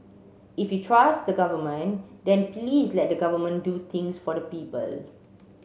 if you trust the government then please let the government do things for the people